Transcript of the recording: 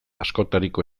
askotariko